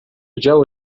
działo